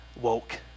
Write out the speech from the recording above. woke